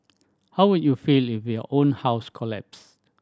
how would you feel if your own house collapsed